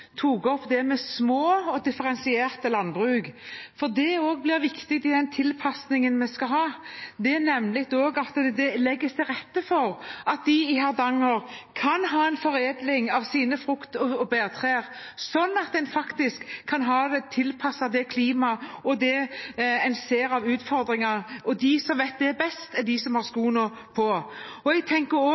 tok opp dette med små og differensierte bruk. Det blir også viktig i den tilpasningen vi skal ha, at det legges til rette for at de i Hardanger kan ha en foredling av sine frukt- og bærtrær som er tilpasset klimaet og det en ser av utfordringer. De som vet best, er de som har skoene på. Jeg tenker også at det er viktig å ha andre typer produksjoner i små og